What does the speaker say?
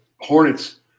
Hornets